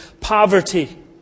poverty